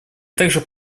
также